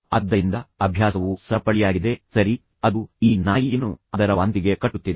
ಆದ್ದರಿಂದ ಅಭ್ಯಾಸವು ಸರಪಳಿಯಾಗಿದೆ ಸರಿ ಅದು ಈ ನಾಯಿಯನ್ನು ಅದರ ವಾಂತಿಗೆ ಕಟ್ಟುತ್ತಿದೆ